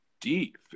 deep